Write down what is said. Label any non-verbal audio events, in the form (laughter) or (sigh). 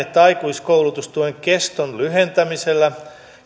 (unintelligible) että aikuiskoulutustuen keston lyhentämisellä